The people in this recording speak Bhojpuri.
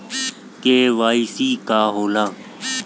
के.वाइ.सी का होला?